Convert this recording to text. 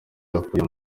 afungiwe